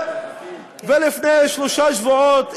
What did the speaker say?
ולפני שלושה שבועות,